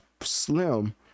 Slim